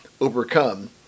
overcome